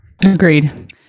Agreed